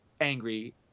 angry